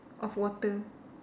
of water